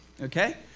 Okay